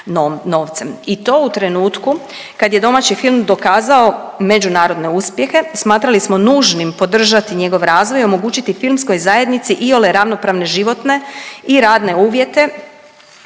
i to u trenutku kad je domaći film dokazao međunarodne uspjehe. Smatrali smo nužnim podržati njegov razvoj i omogućiti filmskoj zajednice iole ravnopravne životne i radne uvjete